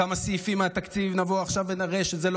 כמה סעיפים מהתקציב נבוא עכשיו ונראה שלא